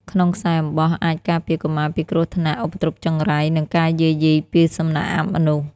ក្នុងខ្សែអំបោះ អាចការពារកុមារពីគ្រោះថ្នាក់ ឧបទ្រពចង្រៃ និងការយាយីពីសំណាក់អមនុស្ស។